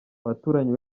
abaturanyi